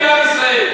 אתם מסוכנים לעם ישראל.